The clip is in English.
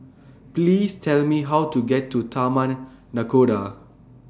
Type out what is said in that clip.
Please Tell Me How to get to Taman Nakhoda